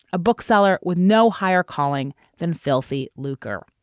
a bookseller with no higher calling than filthy lucre.